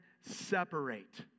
separate